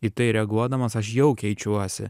į tai reaguodamas aš jau keičiuosi